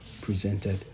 presented